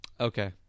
okay